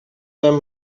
them